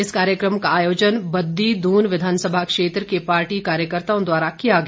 इस कार्यक्रम का आयोजन बददी दून विधानसभा क्षेत्र के पार्टी कार्यकर्ताओं द्वारा किया गया